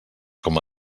com